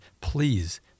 please